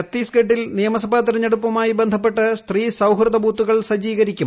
ഛത്തീസ്ഗഡ്ഡിൽ നിയമസഭാ തെരഞ്ഞെടുപ്പുമായി ബന്ധപ്പെട്ട് സ്ത്രീ സൌഹൃദ ബൂത്തുകൾ സജ്ജീകൃത്ക്കും